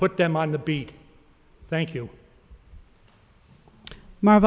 put them on the beat thank you m